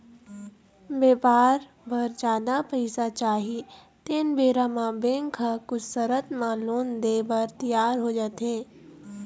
बेपार बर जादा पइसा चाही तेन बेरा म बेंक ह कुछ सरत म लोन देय बर तियार हो जाथे